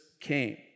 came